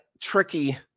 tricky